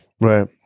Right